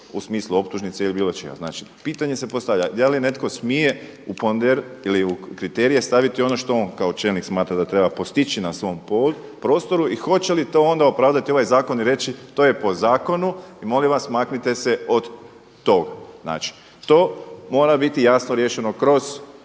u smislu optužnice ili bilo čega. Znači pitanje se postavlja da li netko smije u … ili u kriterije staviti ono što on kao čelnik smatra da treba postići na svom prostoru i hoće li to onda opravdati ovaj zakon i reći to je po zakonu i molim vas maknite se od tog. Znači to mora biti jasno riješen kroz